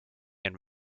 and